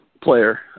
player